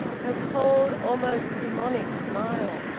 her cold, almost daemonic smile!